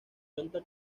cuenta